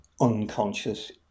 unconscious